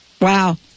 Wow